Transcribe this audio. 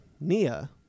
Nia